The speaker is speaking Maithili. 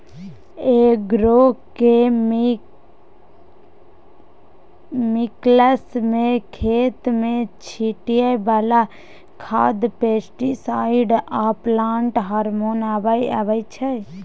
एग्रोकेमिकल्स मे खेत मे छीटय बला खाद, पेस्टीसाइड आ प्लांट हार्मोन अबै छै